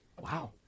Wow